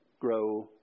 grow